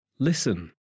Listen